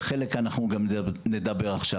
ועל חלק אנחנו גם נדבר עכשיו.